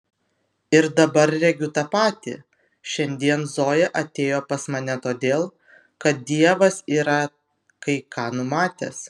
ir dabar regiu tą patį šiandien zoja atėjo pas mane todėl kad dievas yra kai ką numatęs